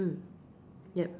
mm yup